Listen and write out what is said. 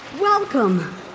welcome